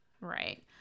Right